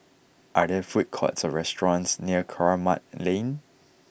are there food courts or restaurants near Kramat Lane